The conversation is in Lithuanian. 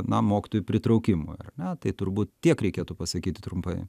na mokytojų pritraukimui ar ne tai turbūt tiek reikėtų pasakyti trumpai